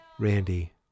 Randy